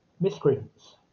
miscreants